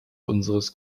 unseres